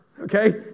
Okay